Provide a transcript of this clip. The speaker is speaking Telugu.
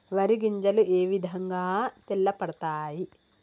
వరి గింజలు ఏ విధంగా తెల్ల పడతాయి?